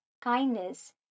kindness